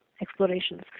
explorations